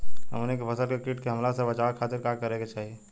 हमनी के फसल के कीट के हमला से बचावे खातिर का करे के चाहीं?